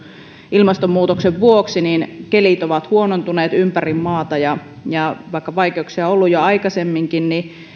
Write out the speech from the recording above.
ilmastonmuutoksen vuoksi kelit ovat huonontuneet ympäri maata vaikka vaikeuksia on ollut jo aikaisemminkin